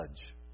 judge